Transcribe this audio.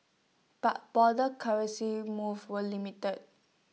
but broader currency moves were limited